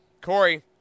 Corey